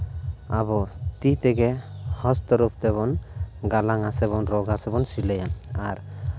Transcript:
ᱟᱵᱚ ᱛᱤ ᱛᱮᱜᱮ ᱦᱚᱥ ᱛᱚᱨᱚᱯᱷ ᱛᱮᱵᱚᱱ ᱜᱟᱞᱟᱝᱟ ᱥᱮ ᱨᱚᱜᱽ ᱟᱥᱮ ᱵᱚᱱ ᱥᱤᱞᱟᱹᱭᱟ ᱟᱨ